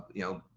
you know,